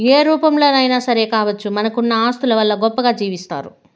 ఏ రూపంలోనైనా సరే కావచ్చు మనకున్న ఆస్తుల వల్ల గొప్పగా జీవిస్తారు